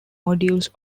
modules